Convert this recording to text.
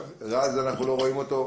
רז, אנחנו לא רואים אותך,